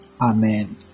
amen